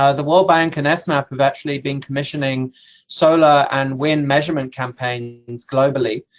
ah the world bank and esmap have actually been commissioning solar and wind measurement campaigns, globally,